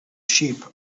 sheep